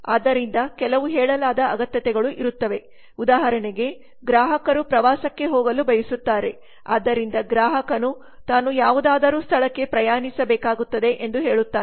ಆದ್ದರಿಂದ ಕೆಲವು ಹೇಳಲಾದ ಅಗತ್ಯತೆಗಳು ಇರುತ್ತವೆ ಉದಾಹರಣೆಗೆ ಗ್ರಾಹಕರು ಪ್ರವಾಸಕ್ಕೆ ಹೋಗಲು ಬಯಸುತ್ತಾರೆ ಆದ್ದರಿಂದ ಗ್ರಾಹಕನು ತಾನು ಯಾವುದಾದರೂ ಸ್ಥಳಕ್ಕೆ ಪ್ರಯಾಣಿಸಬೇಕಾಗುತ್ತದೆ ಎಂದು ಹೇಳುತ್ತಾನೆ